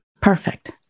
Perfect